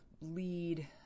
lead